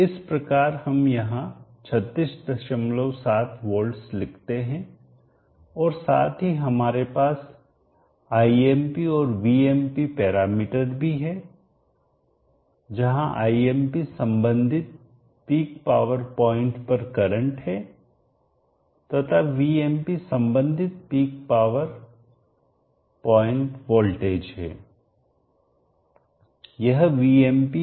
इस प्रकार हम यहां 367 वोल्टस लिखते हैं और साथ ही हमारे पास Imp और Vmp पैरामीटर भी है जहां Imp संबंधित पीक पावर पॉइंट पर करंट है तथा Vmp संबंधित पीक पावर पॉइंट वोल्टेज है